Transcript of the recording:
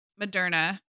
Moderna